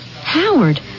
Howard